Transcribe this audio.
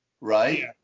right